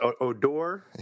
Odor